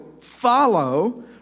follow